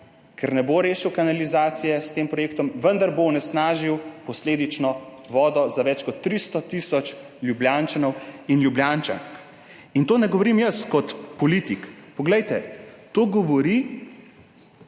ker ne bo rešil kanalizacije s tem projektom, vendar bo posledično onesnažil vodo za več kot 300 tisoč Ljubljančanov in Ljubljančank. Tega ne govorim jaz kot politik, to govori